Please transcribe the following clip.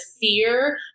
fear